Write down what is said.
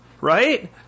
right